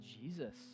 Jesus